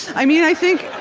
i mean, i think,